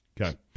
Okay